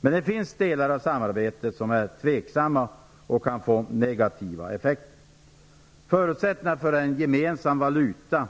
Men det finns delar av samarbetet som är tvivelaktiga och som kan få negativa effekter. Förutsättningarna för att det skall fungera med en gemensam valuta